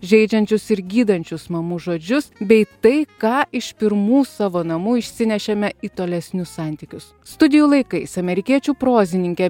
žaidžiančius ir gydančius mamų žodžius bei tai ką iš pirmų savo namų išsinešėme į tolesnius santykius studijų laikais amerikiečių prozininkė